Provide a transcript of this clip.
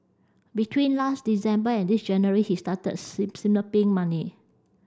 between last December and this January he started siphoning money